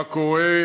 מה קורה?